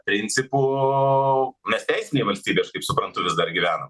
principų mes teisinėj valstybėj aš kaip suprantu vis dar gyvenam